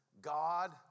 God